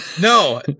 no